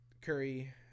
Curry